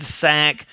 sack